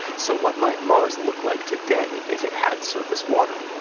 so what might mars look like today if it had surface water?